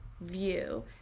view